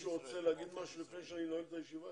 מישהו רוצה להגיד משהו לפני שאני נועל את הישיבה?